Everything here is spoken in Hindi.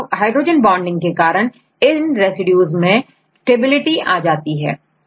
हाइड्रोजन बॉन्डिंग के कारण इन रेसिड्यूज में स्टेबिलिटी आ सकती है